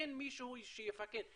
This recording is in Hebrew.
אין מישהו שיפקד,